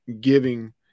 giving